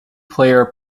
player